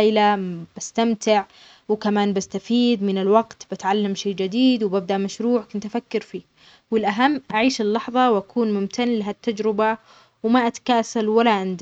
اللي ما كنت مهتم فيها. كمان بحاول أقوي علاقتي مع الناس وأحسن تواصلي معاهم.